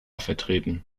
vertreten